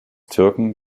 türken